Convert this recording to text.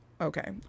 Okay